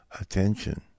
attention